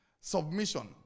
Submission